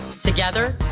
Together